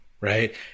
right